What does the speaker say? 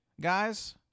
guys